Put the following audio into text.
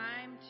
time